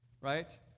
right